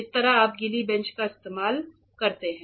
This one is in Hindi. इस तरह आप गीली बेंच का इस्तेमाल करते हैं